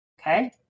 okay